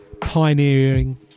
Pioneering